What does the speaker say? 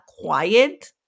quiet